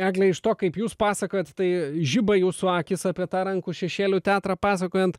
egle iš to kaip jūs pasakojot tai žiba jūsų akys apie tą rankų šešėlių teatrą pasakojant